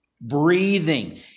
Breathing